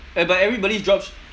eh but everybody drop